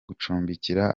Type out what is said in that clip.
gucumbikira